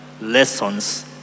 lessons